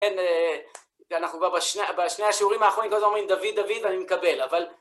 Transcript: אין... אנחנו כבר בשני השיעורים האחרונים, כל הזמן אומרים דוד, דוד, ואני מקבל, אבל...